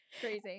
Crazy